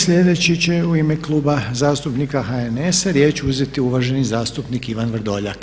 Sljedeći će u ime Kluba zastupnika HNS-a riječ uzeti uvaženi zastupnik Ivan Vrdoljak.